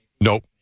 Nope